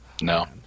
No